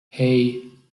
hey